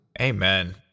Amen